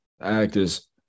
actors